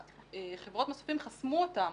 שחברות המסופים חסמו אותם